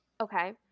Okay